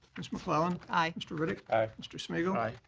ms. mcclellan. aye. mr. riddick. aye. mr. smigiel. aye.